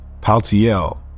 Paltiel